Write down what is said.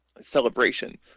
celebration